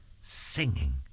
singing